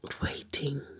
Waiting